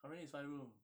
currently is five room